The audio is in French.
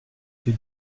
que